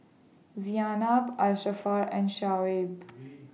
Asharaff and Shoaib